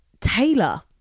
taylor